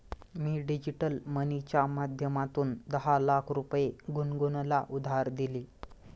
मी digital मनीच्या माध्यमातून दहा लाख रुपये गुनगुनला उधार दिले